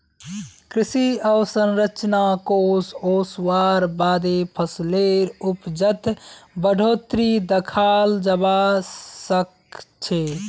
कृषि अवसंरचना कोष ओसवार बादे फसलेर उपजत बढ़ोतरी दखाल जबा सखछे